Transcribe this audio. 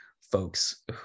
folks